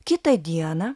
kitą dieną